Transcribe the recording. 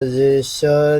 rishya